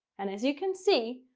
and as you can see,